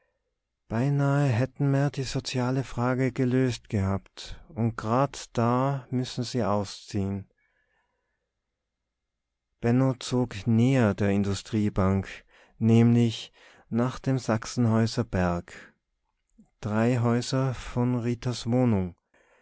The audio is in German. beinahe hätten merr die soziale frage gelöst gehabbt und grad da müssen se ausziehen benno zog näher der industriebank nämlich nach dem sachsenhäuser berg drei häuser